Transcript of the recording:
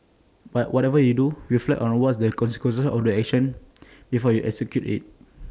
but whatever you do reflect on what's the consequences of your action before you execute IT